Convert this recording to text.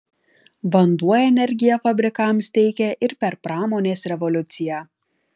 vanduo energiją fabrikams teikė ir per pramonės revoliuciją